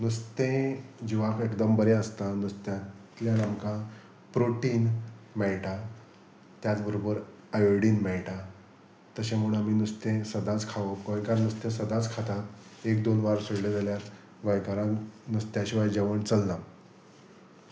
नुस्तें जिवाक एकदम बरें आसता नुस्त्यांतल्यान आमकां प्रोटीन मेळटा त्याच बरोबर आयोडीन मेळटा तशें म्हण आमी नुस्तें सदांच खावप गोंयकार नुस्तें सदांच खातात एक दोन वार सोडलें जाल्यार गोंयकारान नुस्त्या शिवाय जेवण चलना